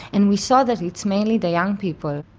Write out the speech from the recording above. and we saw that it's mainly the young people.